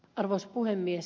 arvoisa puhemies